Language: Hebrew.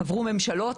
עברו ממשלות,